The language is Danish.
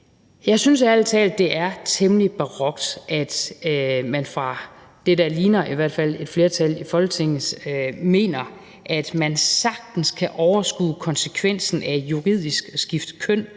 Jeg synes ærlig talt, at det er temmelig barokt, at man i det, der i hvert fald ligner et flertal i Folketinget, mener, at man sagtens kan overskue konsekvensen af juridisk at skifte køn